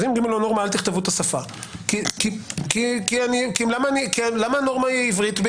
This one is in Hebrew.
אל תכתבו את השפה כי למה הנורמה היא עברית?